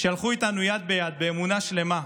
שהלכו איתנו יד ביד באמונה שלמה,